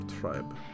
tribe